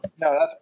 No